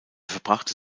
verbrachte